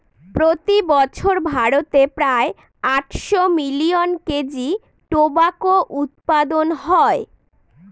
প্রতি বছর ভারতে প্রায় আটশো মিলিয়ন কেজি টোবাকো উৎপাদন হয়